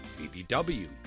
BBW